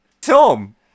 Tom